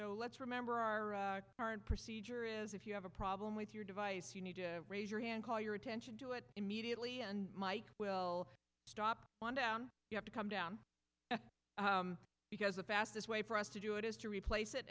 so let's remember our current procedure is if you have a problem with your device you need to raise your hand call your attention to it immediately and mike will stop on down you have to come down because the fastest way for us to do it is to replace it